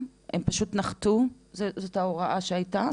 זאת ההוראה שהייתה,